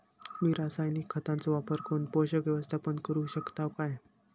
मी रासायनिक खतांचो वापर करून पोषक व्यवस्थापन करू शकताव काय?